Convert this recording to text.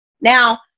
Now